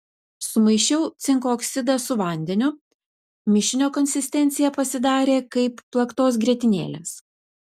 sumaišiau cinko oksidą su vandeniu mišinio konsistencija pasidarė kaip plaktos grietinėlės